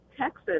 Texas